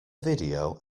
video